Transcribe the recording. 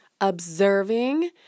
observing